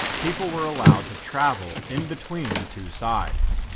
people were allowed to travel in between the two sides.